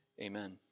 amen